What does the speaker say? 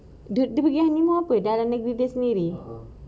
dia pergi honeymoon apa dalam negeri dia sendiri